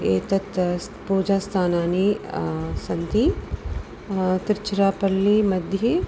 एतानि पूजास्थानानि सन्ति तिरुचिरापल्लिमध्ये